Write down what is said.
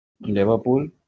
Liverpool